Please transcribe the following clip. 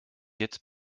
jetzt